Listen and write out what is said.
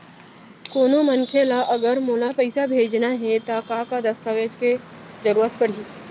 कोनो मनखे ला अगर मोला पइसा भेजना हे ता का का दस्तावेज के जरूरत परही??